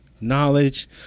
knowledge